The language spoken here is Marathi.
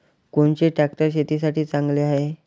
कोनचे ट्रॅक्टर शेतीसाठी चांगले हाये?